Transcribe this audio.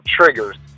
triggers